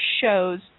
shows